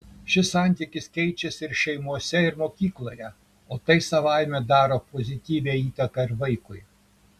šis santykis keičiasi ir šeimose ir mokykloje o tai savaime daro pozityvią įtaką ir vaikui